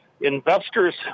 investors